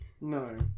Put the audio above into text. No